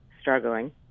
struggling